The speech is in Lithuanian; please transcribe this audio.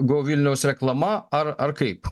go vilniaus reklama ar ar kaip